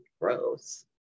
gross